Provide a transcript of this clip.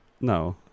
no